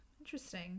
interesting